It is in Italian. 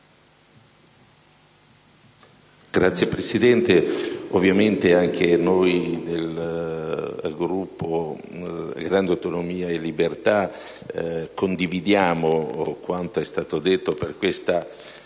Signora Presidente, ovviamente anche noi del Gruppo Grandi Autonomie e Libertà condividiamo quanto è stato detto su questa